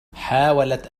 حاولت